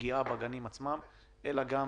הפגיעה בגנים עצמם אלא גם